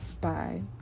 Bye